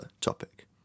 topic